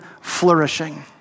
flourishing